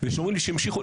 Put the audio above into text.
וכשאומרים לי שהשלימו את